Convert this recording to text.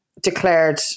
declared